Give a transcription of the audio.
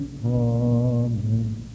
promise